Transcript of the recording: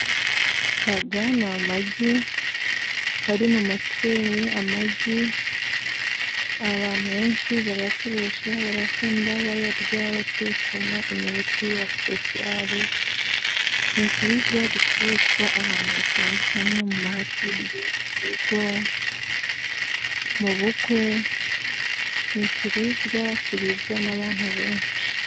Aya ni amagi ari mu matureye, amagi abantu benshi barayakoresha barayakunda bayarya, batekamo imireti ya sipesiyale ni ikiribwa gikoreshwa ahantu hatandukanye mu mahoteli, mu rugo, mu bukwe, ni ikiribwa kiribwa n'abantu benshi.